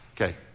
Okay